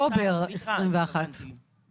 (הישיבה נפסקה בשעה 10:28 ונתחדשה בשעה